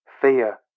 fear